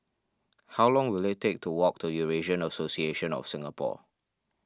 how long will it take to walk to Eurasian Association of Singapore